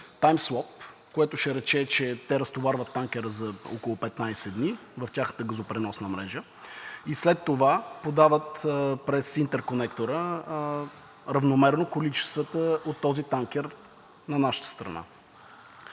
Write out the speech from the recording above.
таймсуап, което ще рече, че те разтоварват танкера за около 15 дни в тяхната газопреносна мрежа и след това подават през интерконектора равномерно количествата от този танкер на нашата страна.